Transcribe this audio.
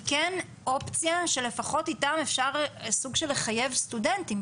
היא כן אופלציה שלפחות איתם אפשר סוג של לחייב סטודנטים,